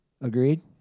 Agreed